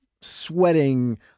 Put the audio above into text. sweating